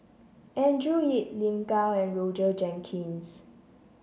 Andrew Yip Lin Gao and Roger Jenkins